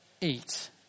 eat